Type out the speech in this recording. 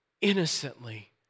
innocently